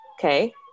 Okay